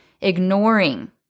ignoring